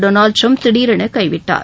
Donald Trump திஉரென கைவிட்டார்